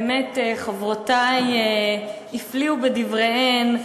באמת חברותי הפליאו בדבריהן,